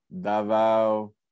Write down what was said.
Davao